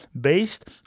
based